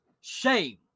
Shame